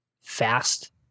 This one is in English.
fast